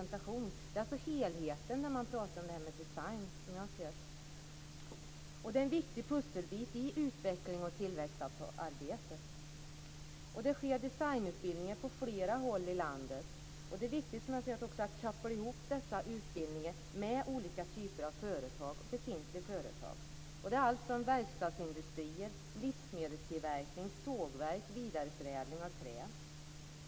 Det handlar alltså som jag ser det om helheten när man pratar om det här med design. Det är en viktig pusselbit i utvecklings och tillväxtarbetet. Det finns designutbildningar på flera håll i landet. Som jag ser det är det viktigt att också koppla ihop dessa utbildningar med olika typer av befintliga företag. Det gäller allt från verkstadsindustrier och livsmedelstillverkning till sågverk och vidareförädling av trä.